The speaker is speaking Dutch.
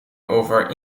over